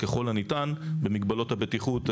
ככל הניתן במגבלות הבטיחות,